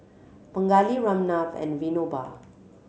Pingali Ramnath and Vinoba